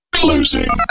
closing